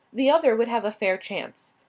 the other would have a fair chance.